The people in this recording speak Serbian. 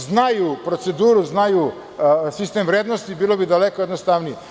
Znaju proceduru, znaju sistem vrednosti i bilo bi daleko jednostavnije.